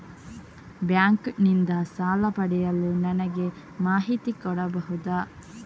Bank ನಿಂದ ಸಾಲ ಪಡೆಯಲು ನನಗೆ ಮಾಹಿತಿ ಕೊಡಬಹುದ?